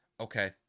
okay